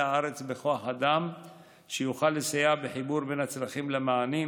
הארץ בכוח אדם שיוכל לסייע בחיבור בין הצרכים למענים,